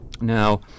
Now